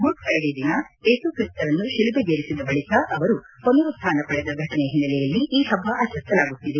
good Friday ದಿನ ಏಸುಕ್ರಿಸ್ತರನ್ನು ಶಿಲುಬೆಗೇರಿಸಿದ ಬಳಿಕ ಅವರು ಪುನರುತ್ಥಾನ ಪಡೆದ ಫಟನೆ ಹಿನ್ನೆಲೆಯಲ್ಲಿ ಈ ಪಬ್ಬ ಆಚರಿಸಲಾಗುತ್ತಿದೆ